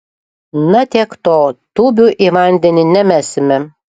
na tiek to tūbių į vandenį nemesime